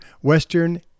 Western